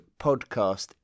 podcast